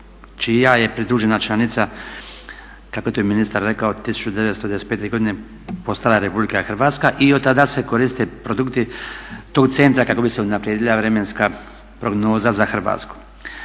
čija je pridružena članica kako je to i ministar rekao 1995. postala Republika Hrvatska i od tada se koriste produkti tog centra kako bi se unaprijedila vremenska prognoza za Hrvatsku.